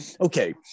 okay